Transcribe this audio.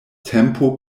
tempo